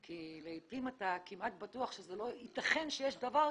לעתים אתה כמעט בטוח שלא ייתכן שיש דבר כזה.